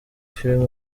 film